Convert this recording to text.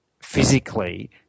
physically